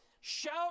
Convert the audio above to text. shout